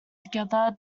together